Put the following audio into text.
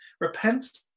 Repent